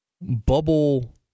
bubble